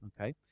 okay